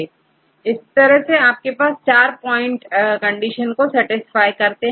इन्हें इस तरह से रखेंगे कि यह 4 पॉइंट कंडीशन को सेटिस्फाई करें